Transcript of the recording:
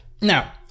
now